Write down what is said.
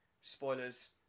spoilers